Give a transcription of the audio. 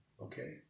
okay